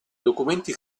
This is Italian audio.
documenti